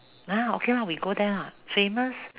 ah okay lah we go there lah famous